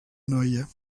noia